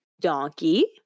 donkey